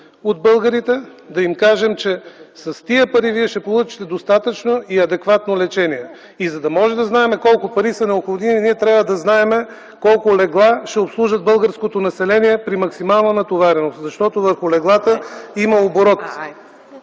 че с парите, които ние събираме от тях, те ще получат достатъчно и адекватно лечение. За да можем да знаем колко пари са необходими, трябва да знаем колко легла ще обслужват българското население при максимална натовареност, защото върху леглата има оборот.